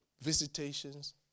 visitations